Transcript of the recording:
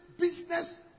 business